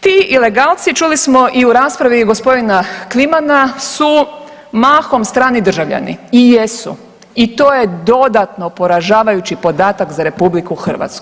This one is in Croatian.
Ti ilegalci čuli smo i u raspravi gospodina Klimana su mahom strani državljani, i jesu, i to je dodatno poražavajući podatak za RH.